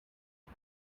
you